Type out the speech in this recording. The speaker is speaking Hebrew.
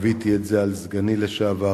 חוויתי את זה אצל סגני לשעבר,